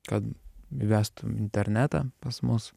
kad įvestų internetą pas mus